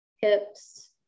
hips